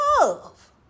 love